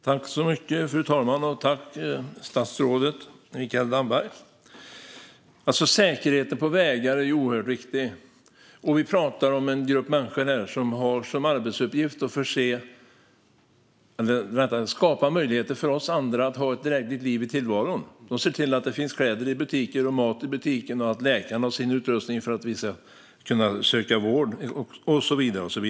Fru talman! Jag tackar statsrådet Mikael Damberg. Säkerheten på vägarna är oerhört viktig. Vi talar om en grupp som har som arbetsuppgift att skapa möjligheter för oss andra att ha ett drägligt liv. De ser till att det finns kläder och mat i butikerna, att läkarna har sin utrustning så att vi kan söka vård och så vidare.